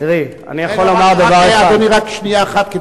רק שנייה אחת,